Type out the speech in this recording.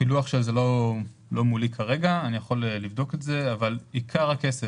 הפילוח של זה לא מולי כרגע, אבל אחוז